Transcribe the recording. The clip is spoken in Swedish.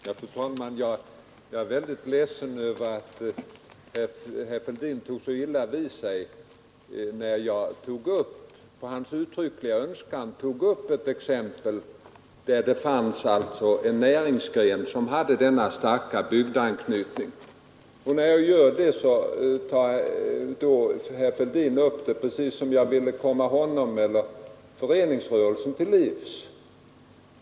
Fru talman! Jag är väldigt ledsen över att herr Fälldin tog så illa vid sig när jag på hans uttryckliga önskan nämnde ett exempel på en näringsgren med stark bygdeanknytning. När jag gjorde det, tog herr Fälldin upp det precis som om jag ville komma honom eller föreningsrörelsen till livs.